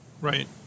Right